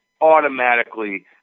automatically –